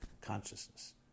consciousness